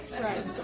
Right